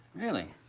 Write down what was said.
really.